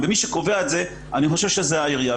מי שקובע את זה, אני חושב שזו העירייה.